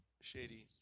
Shady